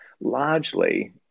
Largely